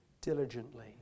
diligently